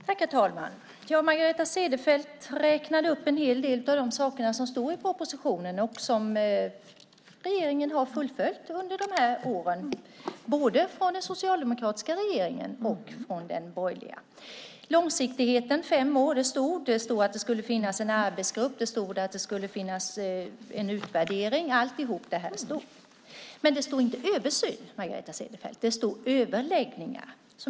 Herr talman! Margareta Cederfelt räknade upp en hel del av de saker som stod i propositionen och som regeringen har fullföljt under de här åren, både den socialdemokratiska regeringen och den borgerliga. Långsiktigheten på fem år stod. Det stod att det skulle finnas en arbetsgrupp. Det stod att det skulle finnas en utvärdering. Alltihop det här stod. Men det stod inte "översyn", Margareta Cederfelt. Det stod "överläggningar".